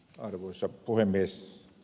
arvoisa puhemies